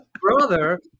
Brother